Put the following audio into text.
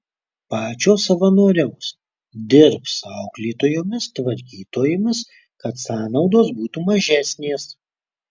pačios savanoriaus dirbs auklėtojomis tvarkytojomis kad sąnaudos būtų mažesnės